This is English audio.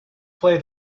play